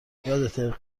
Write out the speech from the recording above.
یادته